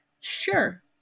sure